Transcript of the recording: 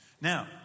Now